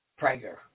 Prager